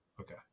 okay